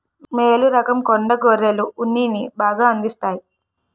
మేలు రకం కొండ గొర్రెలు ఉన్నిని బాగా అందిస్తాయి